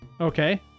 Okay